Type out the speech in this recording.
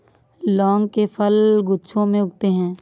लौंग के फल गुच्छों में उगते हैं